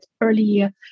early